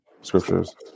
scriptures